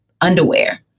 underwear